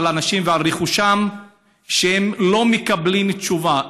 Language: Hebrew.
על אנשים ועל רכושם לא מקבלות תשובה,